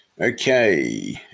Okay